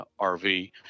rv